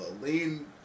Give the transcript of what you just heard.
Lean